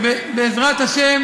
בעזרת ה',